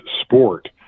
sport